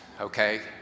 okay